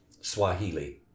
Swahili